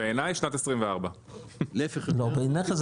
בעיני שנת 24. להיפך,